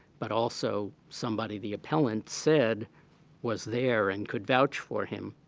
but also somebody the appellant said was there and could vouch for him.